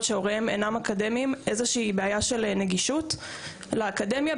שהוריהם אינם אקדמיים בעיה של נגישות לאקדמיה,